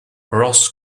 ross